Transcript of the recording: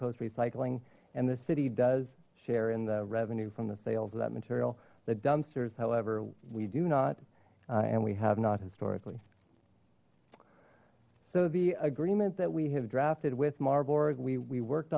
coast recycling and the city does share in the revenue from the sales of that material the dumpsters however we do not and we have not historically so the agreement that we have drafted w